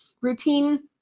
routine